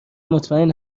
مطمئن